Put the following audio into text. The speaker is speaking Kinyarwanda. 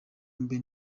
mbe